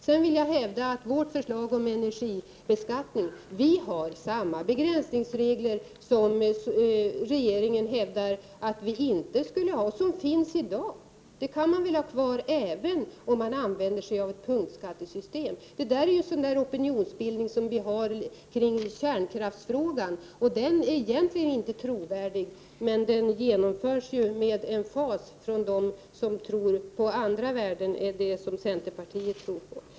Vi har de begränsningsregler i vårt förslag om energibeskattning som regeringen hävdar att vi inte skulle ha. Dessa regler finns redan i dag. Det är väl inget som hindrar att man har kvar samma system, även om man använder sig av punktskatter. Regeringen använder sig av samma opinionsbildning som när det gäller kärnkraften. Det är egentligen inte någon trovärdig opinionsbildning, men den genomförs med emfas av dem som tror på andra värden än centerpartiet har.